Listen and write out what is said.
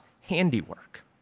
handiwork